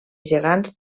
gegants